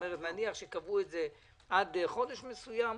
כלומר נניח שקבעו את זה עד חודש מסוים,